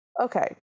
Okay